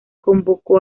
convocó